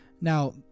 Now